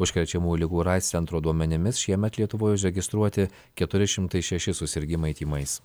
užkrečiamų ligų ir aids centro duomenimis šiemet lietuvoje užregistruoti keturi šimtai šeši susirgimai tymais